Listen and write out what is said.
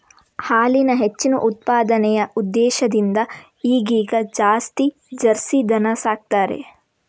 ಹಾಲಿನ ಹೆಚ್ಚಿನ ಉತ್ಪಾದನೆಯ ಉದ್ದೇಶದಿಂದ ಈಗೀಗ ಜಾಸ್ತಿ ಜರ್ಸಿ ದನ ಸಾಕ್ತಾರೆ